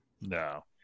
no